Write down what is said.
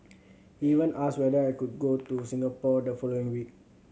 he even asked whether I could go to Singapore the following week